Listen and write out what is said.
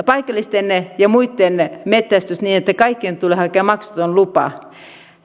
paikallisten ja muitten metsästys niin että kaikkien tulee hakea maksuton lupa